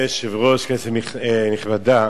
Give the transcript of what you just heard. אדוני היושב-ראש, כנסת נכבדה,